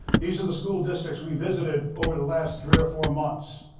these are the school districts we visited over the last three or four months.